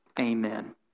Amen